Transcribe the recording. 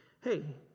Hey